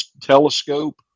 Telescope